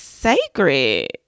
sacred